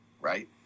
right